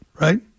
right